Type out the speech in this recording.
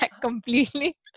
completely